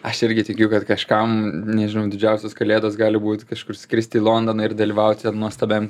aš irgi tikiu kad kažkam nežinau didžiausios kalėdos gali būt kažkur skrist į londoną ir dalyvauti nuostabiam